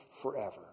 forever